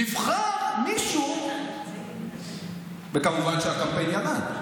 נבחר מישהו, וכמובן שהקמפיין ירד.